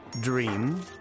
dream